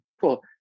Cool